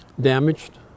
damaged